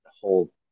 whole